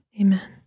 Amen